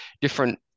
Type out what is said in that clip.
different